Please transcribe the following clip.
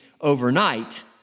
overnight